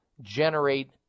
generate